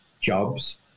jobs